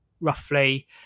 roughly